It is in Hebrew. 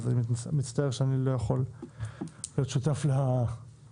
אני מצטער שאני לא יכול להיות שותף להסברים.